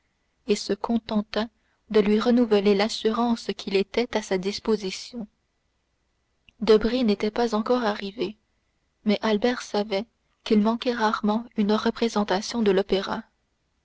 et se contenta de lui renouveler l'assurance qu'il était à sa disposition debray n'était pas encore arrivé mais albert savait qu'il manquait rarement une représentation de l'opéra